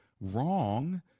wrong